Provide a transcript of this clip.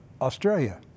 Australia